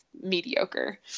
mediocre